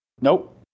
Nope